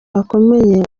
bakomeye